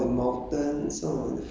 ya kind of in a forest